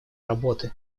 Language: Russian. работы